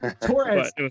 Torres